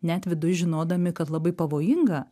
net viduj žinodami kad labai pavojinga